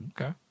Okay